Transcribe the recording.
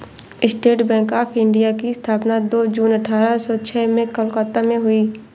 state Bank of India की स्थापना दो जून अठारह सो छह में कलकत्ता में हुई